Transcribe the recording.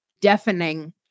deafening